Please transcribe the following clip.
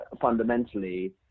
fundamentally